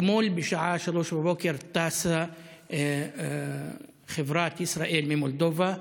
אתמול בשעה 03:00 טסה חברת ישראייר ממולדובה.